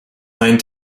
nine